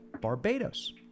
Barbados